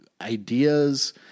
ideas